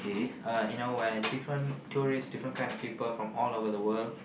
uh you know where different tourists different kind of people from all over the world